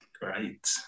Great